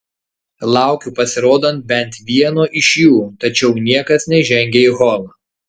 laukiu pasirodant bent vieno iš jų tačiau niekas nežengia į holą